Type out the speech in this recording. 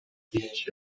биринчи